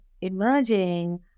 emerging